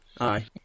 Aye